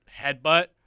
headbutt